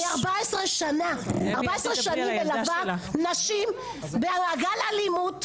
אני 14 שנים 14 שנים מלווה נשים במעגל האלימות,